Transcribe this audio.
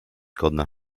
godna